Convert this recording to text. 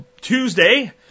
Tuesday